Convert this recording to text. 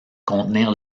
contenir